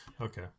okay